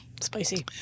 Spicy